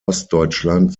ostdeutschland